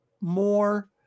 more